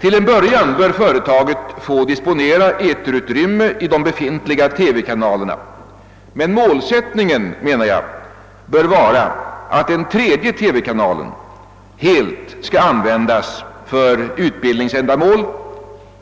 Till en början bör företaget få disponera eterutrymme i de befintliga TV-kanalerna, men målsättningen, menar jag, bör vara att den tredje TV-kanalen helt skall användas för utbildningsändamål